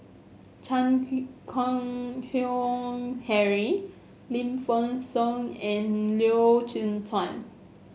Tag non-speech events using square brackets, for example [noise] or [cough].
Chan [unintelligible] Keng Howe Harry Lim Fei Shen and Loy Chye Chuan